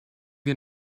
wir